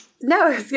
No